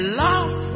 love